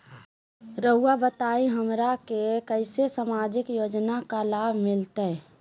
रहुआ बताइए हमरा के कैसे सामाजिक योजना का लाभ मिलते?